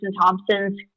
Thompson's